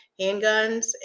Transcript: handguns